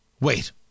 wait